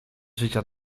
życia